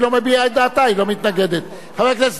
חבר הכנסת טיבי, אתה בעצמך, אני אעשה את זה קצר.